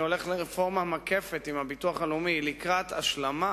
אני הולך לרפורמה מקפת עם הביטוח הלאומי לקראת השלמה